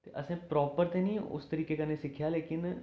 ते असें प्रापर ते निं उस तरीके कन्नै सिक्खेआ लेकिन